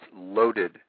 loaded